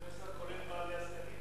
אדוני השר, כולל בעלי הזקנים?